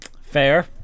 Fair